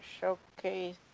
Showcase